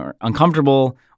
uncomfortable